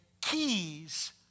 keys